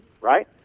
right